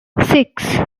six